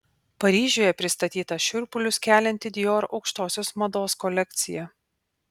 paryžiuje pristatyta šiurpulius kelianti dior aukštosios mados kolekcija